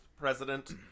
president